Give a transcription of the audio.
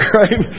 right